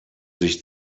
sich